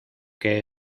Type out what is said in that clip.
que